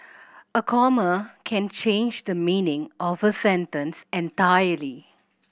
a comma can change the meaning of a sentence entirely